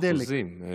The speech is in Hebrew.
אה, באחוזים.